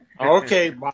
okay